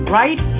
right